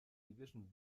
division